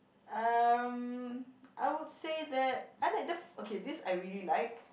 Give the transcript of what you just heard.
um I would say that I like the f~ okay this I really like